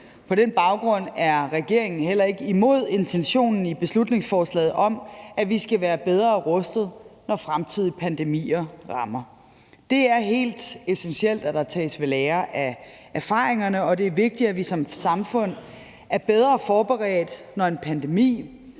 På den baggrund er regeringen heller ikke imod intentionen i beslutningsforslaget om, at vi skal være bedre rustet, når fremtidige pandemier rammer. Det er helt essentielt, at der tages ved lære af erfaringerne, og det er vigtigt, at vi som samfund er bedre forberedt, når en pandemi